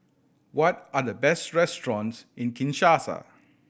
what are the best restaurants in Kinshasa